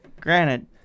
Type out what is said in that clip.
granted